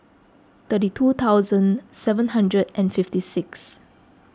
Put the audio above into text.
thirty two thousand seven hundred and fifty six